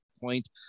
point